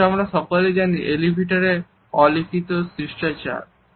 এখন আমরা সকলেই জানি এলিভেটর এর অলিখিত শিষ্টাচার